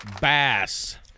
Bass